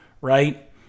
right